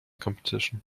competition